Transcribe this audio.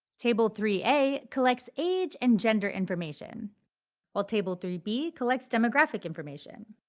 table three a collects age and gender information while table three b collects demographic information.